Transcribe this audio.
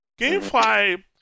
GameFly